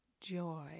joy